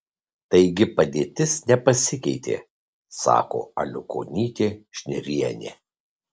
taigi padėtis nepasikeitė sako aliukonytė šnirienė